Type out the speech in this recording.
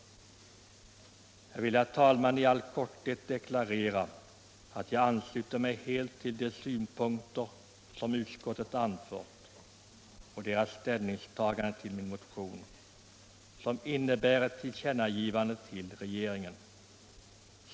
Jag vill, herr talman, i all korthet deklarera att jag helt ansluter mig till de synpunkter som utskottet anfört och till utskottsledamöternas ställningstagande till min motion, som innebär ett tillkännagivande till regeringen.